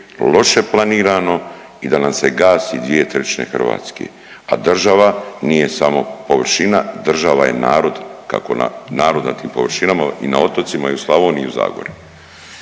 loše planirano i da nam se gasi 2/3 Hrvatske, a država nije samo površina, država je narod, kako narod na tim površinama i na otocima i u Slavoniji i u Zagori.